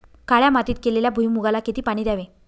काळ्या मातीत केलेल्या भुईमूगाला किती पाणी द्यावे?